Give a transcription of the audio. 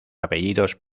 apellidos